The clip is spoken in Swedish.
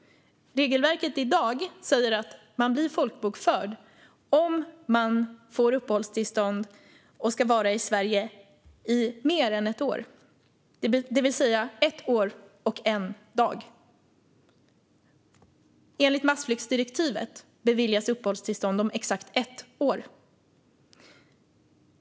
Regelverket i dag säger att man blir folkbokförd om man får uppehållstillstånd och ska vara i Sverige i mer än ett år, det vill säga ett år och en dag. Enligt massflyktsdirektivet beviljas uppehållstillstånd om exakt ett år.